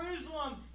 Jerusalem